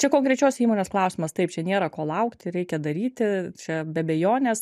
čia konkrečios įmonės klausimas taip čia nėra ko laukti reikia daryti čia be abejonės